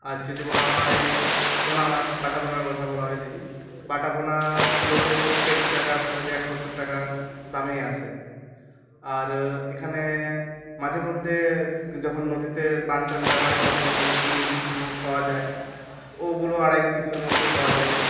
আর যদি বলা হয় পোনা মাছ বাটা পোনার কথা বলা হয় যদি বাটা পোনা কিলোতেও ডেড়শো টাকা একশো সত্তর টাকা দামেই আসে আর এখানে মাঝের মধ্যে যখন নদীতে বান টান দেওয়া হয় সেই সময় হয়তো চিংড়ি কিছু পাওয়া যায় ওগুলো আড়াইশো তিনশোর মধ্যেই পাওয়া যায়